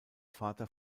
vater